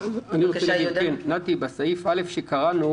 נתי, בתקנת משנה (א) שקראנו